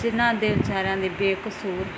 ਜਿਹਨਾਂ ਦੇ ਵਿਚਾਰਿਆਂ ਦੇ ਬੇਕਸੂਰ